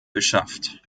beschafft